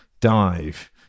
dive